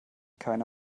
keine